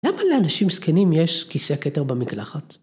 למה לאנשים זקנים יש כיסא כתר במקלחת?